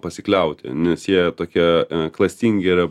pasikliauti nes jie tokie klastingi yra